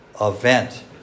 event